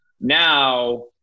Now